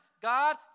God